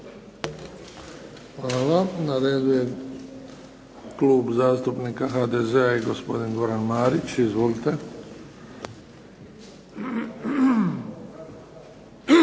Hvala. Na redu je Klub zastupnika HDZ-a i gospodin Goran Marić. Izvolite.